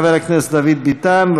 חבר הכנסת דוד ביטן,